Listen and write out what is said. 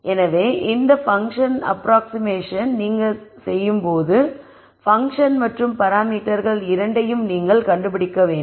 எனவே இந்த function approximation நீங்கள் செய்யும்போது பன்க்ஷன் மற்றும் பராமீட்டர்கள் இரண்டையும் நீங்கள் கண்டுபிடிக்க வேண்டும்